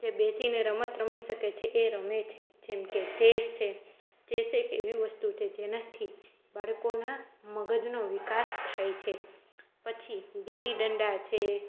તે બેસી ને રમત રમી શકે એ રમે છે જેમ કે ચેસ છે ચેસ એક એવી વસ્તુ છે જેનાંથી બાળકોનાં મગજનો વિકાસ થાય છે પછી ગિલ્લી દંડા છે